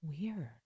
Weird